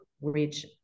reach